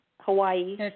Hawaii